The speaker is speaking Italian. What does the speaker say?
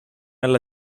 alla